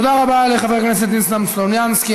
תודה רבה לחבר הכנסת ניסן סלומינסקי.